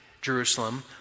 Jerusalem